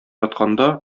ятканда